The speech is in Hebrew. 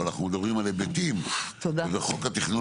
אבל אנחנו מדברים על היבטים ובחוק התכנון